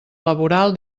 laboral